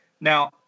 Now